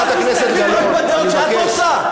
אז מסתכלים בדעות שאת רוצה?